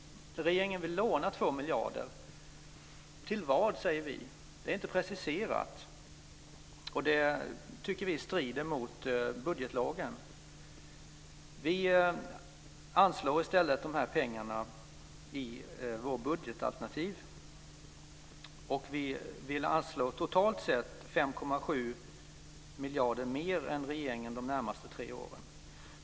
Regeringen vill låna 2 miljarder. Till vad, säger vi. Det är inte preciserat. Det tycker vi strider mot budgetlagen. Vi anslår i stället de här pengarna i vårt budgetalternativ. Vi vill anslå totalt 5,7 miljarder mer än regeringen de närmaste tre åren.